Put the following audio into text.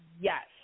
yes